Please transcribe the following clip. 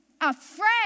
Afraid